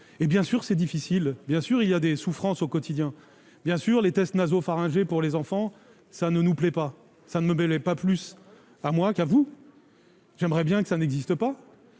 évidemment, c'est difficile. Bien sûr, il y a des souffrances au quotidien. Bien entendu, les tests nasopharyngés pour les enfants ne nous plaisent pas ; ils ne plaisent pas plus à moi qu'à vous et j'aimerais bien que cela n'existe pas,